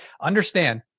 understand